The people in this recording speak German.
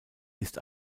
ist